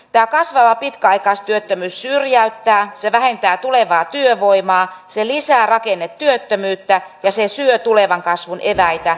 tämä kasvava pitkäaikaistyöttömyys syrjäyttää se vähentää tulevaa työvoimaa se lisää rakennetyöttömyyttä ja syö tulevan kasvun eväitä